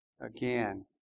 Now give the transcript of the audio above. Again